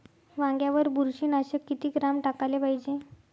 वांग्यावर बुरशी नाशक किती ग्राम टाकाले पायजे?